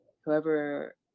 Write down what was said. whoever